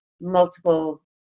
multiple